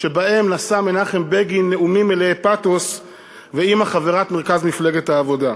שבהן נשא מנחם בגין נאומים מלאי פתוס ואימא חברת מרכז מפלגת העבודה.